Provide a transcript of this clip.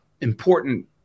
important